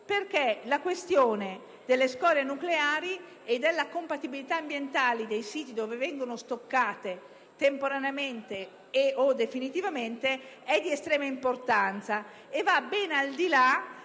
è la questione delle scorie nucleari e della compatibilità ambientale dei siti dove vengono stoccate temporaneamente e/o definitivamente è di estrema rilevanza e va ben al di là del riferimento al